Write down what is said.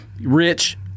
Rich